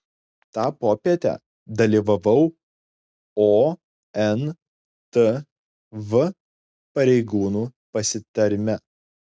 tą popietę dalyvavau ontv pareigūnų pasitarime